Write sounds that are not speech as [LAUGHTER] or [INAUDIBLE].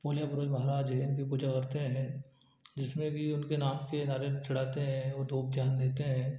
[UNINTELLIGIBLE] पूर्वज महाराज हैं इनकी पूजा करते हैं जिसमें कि उनके नाम से नारियल चढ़ाते हैं और धूप ध्यान देते हैं